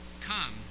Come